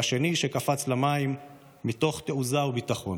והשני קפץ למים מתוך תעוזה וביטחון.